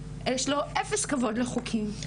יש לו אפס כבוד לחוקים,